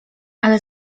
ale